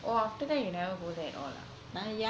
oh after that you never go there at all ah